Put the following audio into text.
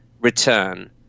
return